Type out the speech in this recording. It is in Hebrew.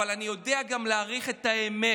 אבל אני יודע גם להעריך את האמת,